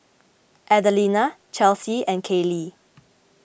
Adelina Chelsea and Kayli